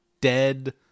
dead